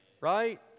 right